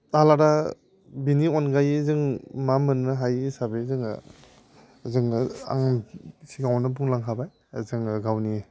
आलादा बेनि अनगायै जों मा मोननो हायो हिसाबै जोङो आं सिगाङावनो बुंलांखाबाय जोङो गावनि